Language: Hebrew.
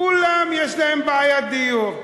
לכולם יש בעיית דיור.